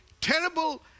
terrible